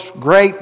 great